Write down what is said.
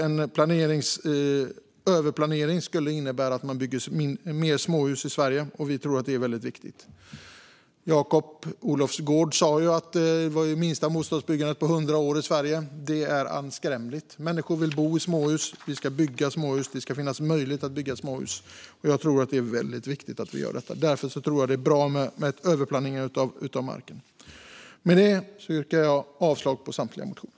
En överplanering skulle innebära att man bygger mer småhus i Sverige, och vi tror att det är väldigt viktigt. Jakob Olofsgård sa att det var det minsta bostadsbyggandet på 100 år i Sverige. Det är anskrämligt. Människor vill bo i småhus. Vi ska bygga småhus. Det ska finnas möjlighet att bygga småhus. Jag tror att det är väldigt viktigt att vi gör detta. Därför tror jag att det är bra med överplanering av marken. Med detta yrkar jag avslag på samtliga motioner.